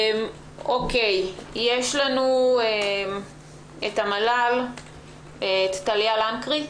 נמצאת פה מן המל"ל טליה לנקרי.